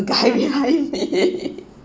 guy behind me